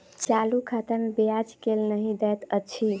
चालू खाता मे ब्याज केल नहि दैत अछि